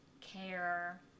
care